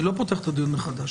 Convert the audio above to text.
אני לא פותח את הדיון מחדש.